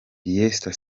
leicester